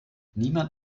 niemand